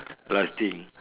plastic